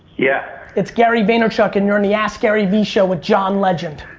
yeah. it's gary vaynerchuk and you're on the askgaryvee show with john legend.